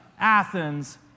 Athens